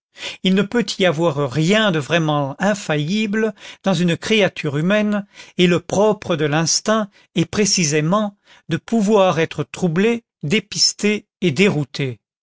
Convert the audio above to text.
il ne peut y avoir rien de vraiment infaillible dans une créature humaine et le propre de l'instinct est précisément de pouvoir être troublé dépisté et dérouté